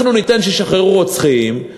אנחנו ניתן שישחררו רוצחים,